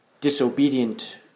disobedient